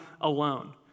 alone